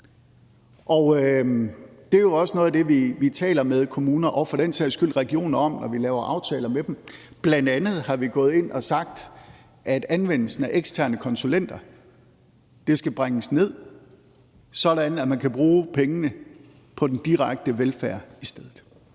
det er også noget af det, vi taler med kommuner og for den sags skyld regioner om, når vi laver aftaler med dem. Bl.a. er vi gået ind og har sagt, at anvendelsen af eksterne konsulenter skal bringes ned, sådan at man kan bruge pengene på den direkte velfærd i stedet.